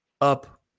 up